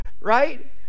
right